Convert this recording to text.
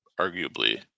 arguably